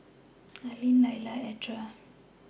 Aylin Layla and Edra